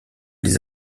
les